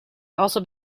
also